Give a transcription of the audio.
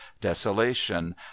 desolation